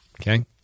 okay